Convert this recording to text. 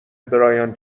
برایان